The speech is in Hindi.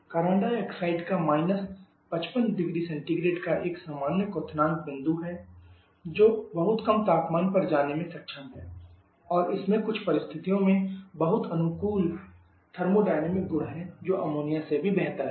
कार्बन डाइऑक्साइड का 55℃ का एक सामान्य क्वथनांक बिंदु है जो बहुत कम तापमान पर जाने में सक्षम है और इसमें कुछ परिस्थितियों में बहुत अनुकूल थर्मोडायनामिक गुण हैं जो अमोनिया से भी बेहतर हैं